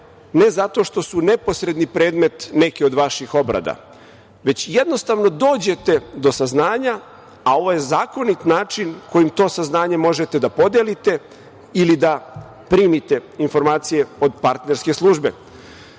ne zato što su neposredni predmet nekih od vaših obrada, već jednostavno dođete do saznanja, a ovo je zakonit način kojim to saznanje možete da podelite ili da primite informacije od partnerske službe. Srbija